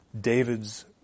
David's